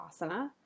Asana